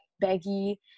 baggy